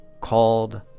called